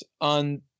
on